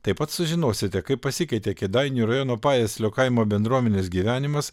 taip pat sužinosite kaip pasikeitė kėdainių rajono pajieslio kaimo bendruomenės gyvenimas